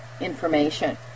information